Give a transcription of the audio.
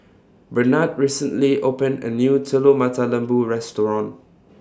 Bernard recently opened A New Telur Mata Lembu Restaurant